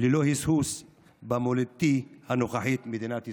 ללא היסוס במולדתי הנוכחית, מדינת ישראל.